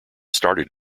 started